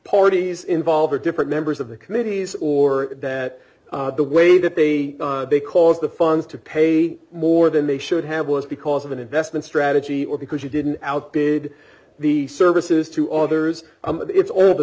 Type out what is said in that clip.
parties involved or different members of the committees or that the way that they because the funds to pay more than they should have was because of an investment strategy or because you didn't outbid the services to others it's all the